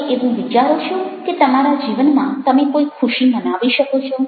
તમે એવું વિચારો છો કે તમારા જીવનમાં તમે કોઈ ખુશી મનાવી શકો છો